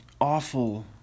awful